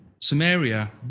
Samaria